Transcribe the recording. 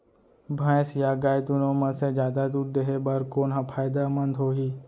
भैंस या गाय दुनो म से जादा दूध देहे बर कोन ह फायदामंद होही?